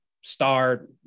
star